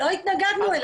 לא התנגדנו אליה.